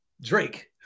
Drake